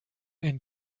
and